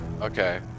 Okay